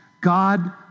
God